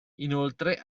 inoltre